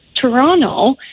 Toronto